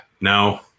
No